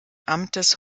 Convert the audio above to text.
amtes